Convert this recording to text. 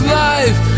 life